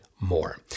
more